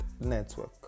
network